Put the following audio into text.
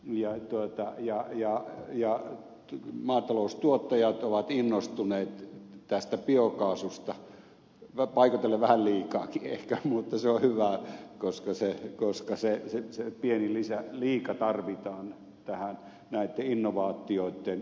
ja aitoutta hillittömästi lisääntynyt ja maataloustuottajat ovat innostuneet tästä biokaasusta paikoitellen vähän liikaakin ehkä mutta se on hyvä koska se pieni lisäliika tarvitaan näitten innovaatioitten hyödyntämiseen